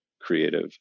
creative